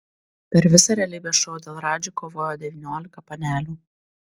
per visą realybės šou dėl radži kovojo devyniolika panelių